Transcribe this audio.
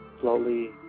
slowly